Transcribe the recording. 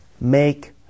Make